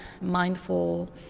mindful